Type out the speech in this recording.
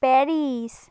Paris